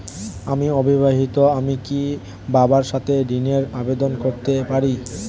আমি অবিবাহিতা আমি কি বাবার সাথে ঋণের আবেদন করতে পারি?